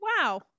wow